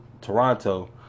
Toronto